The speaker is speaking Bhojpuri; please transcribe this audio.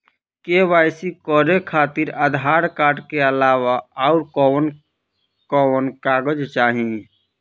के.वाइ.सी करे खातिर आधार कार्ड के अलावा आउरकवन कवन कागज चाहीं?